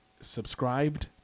subscribed